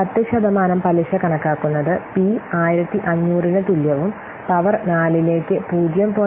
10 ശതമാനം പലിശ കണക്കാക്കുന്നത് പി 1500 ന് തുല്യവും പവർ നാലിലേക്ക് 0